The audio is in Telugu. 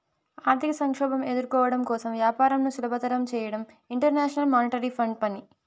ఆర్థిక సంక్షోభం ఎదుర్కోవడం కోసం వ్యాపారంను సులభతరం చేయడం ఇంటర్నేషనల్ మానిటరీ ఫండ్ పని